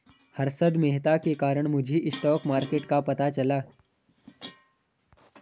हर्षद मेहता के कारण मुझे स्टॉक मार्केट का पता चला